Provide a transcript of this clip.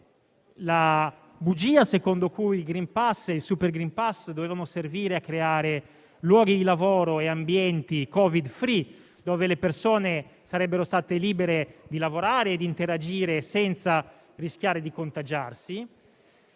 la bugia secondo cui il *green pass* e il super *green pass* dovevano servire a creare luoghi di lavoro e ambienti Covid-*free*, dove le persone sarebbero state libere di lavorare e interagire senza rischiare di contagiarsi.